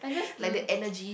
like the energy